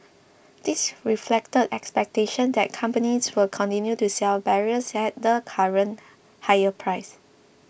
this reflected expectations that companies will continue to sell barrels at the current higher price